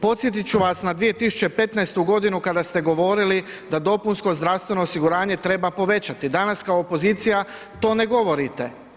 Podsjetit ću vas na 2015. godinu kada ste govorili da dopunsko zdravstveno osiguranje treba povećati, danas kao opozicija to ne govorite.